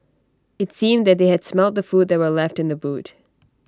IT seemed that they had smelt the food that were left in the boot